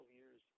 years